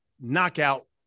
knockout